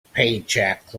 paycheck